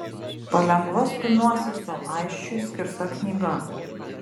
palengva stumiuosi su aisčiui skirta knyga